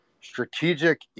strategic